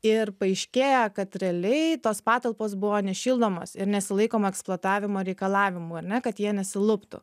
ir paaiškėja kad realiai tos patalpos buvo nešildomos ir nesilaikoma eksploatavimo reikalavimų ar ne kad jie nesiluptų